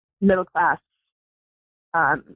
middle-class